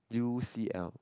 U_C_L